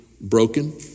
broken